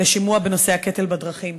לשימוע בנושא הקטל בדרכים.